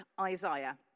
Isaiah